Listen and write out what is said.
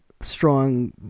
strong